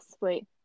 Wait